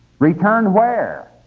return where?